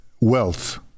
wealth